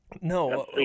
No